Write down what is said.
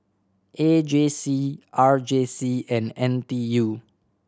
A J C R J C and N T U